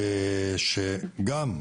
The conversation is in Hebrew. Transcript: בנוסף,